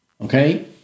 Okay